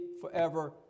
forever